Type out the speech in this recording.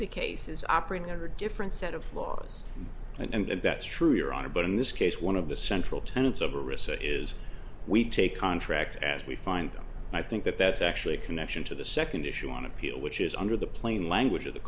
the case is operating under a different set of laws and that's true your honor but in this case one of the central tenets of a receipt is we take contracts as we find them and i think that that's actually a connection to the second issue on appeal which is under the plain language of the